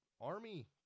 army